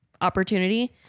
opportunity